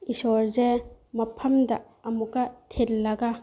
ꯏꯁꯣꯔꯁꯦ ꯃꯐꯝꯗ ꯑꯃꯨꯛꯀ ꯊꯤꯜꯂꯒ